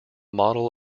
model